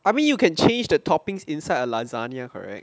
I mean you can change the toppings inside a lasagna correct